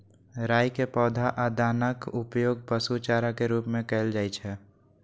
राइ के पौधा आ दानाक उपयोग पशु चारा के रूप मे कैल जाइ छै